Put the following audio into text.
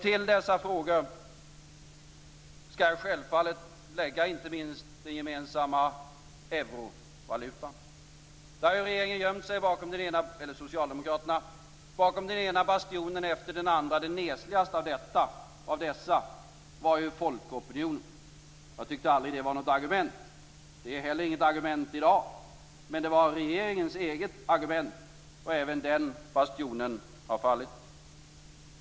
Till dessa frågor skall jag självfallet lägga inte minst den gemensamma valutan euro. Där har socialdemokraterna gömt sig bakom den ena bastionen efter den andra. Den nesligaste av dessa var folkopinionen. Jag tyckte aldrig att det var något argument. Det är heller inte något argument i dag. Men det var regeringens eget argument, och även den bastionen har fallit.